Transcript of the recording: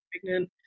pregnant